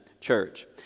church